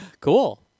Cool